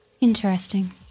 Interesting